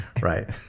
Right